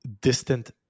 distant